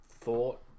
thought